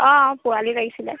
অঁ অঁ পোৱালি লাগিছিলে